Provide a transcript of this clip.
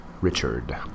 Richard